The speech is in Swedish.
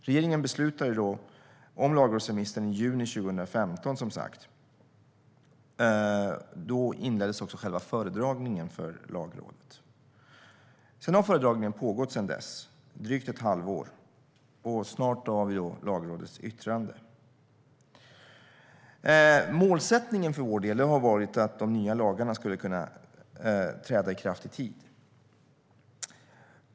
Regeringen beslutade som sagt om lagrådsremissen i juni 2015, och då inleddes också själva föredragningen för Lagrådet. Föredragningen har pågått sedan dess, det vill säga i drygt ett halvår, och snart har vi Lagrådets yttrande. Målsättningen för vår del har varit att de nya lagarna ska kunna träda i kraft i tid.